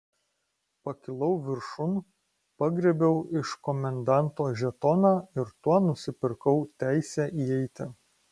pakilau viršun pagriebiau iš komendanto žetoną ir tuo nusipirkau teisę įeiti